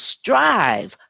strive